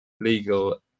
legal